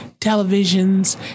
televisions